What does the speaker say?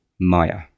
Maya